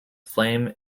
flame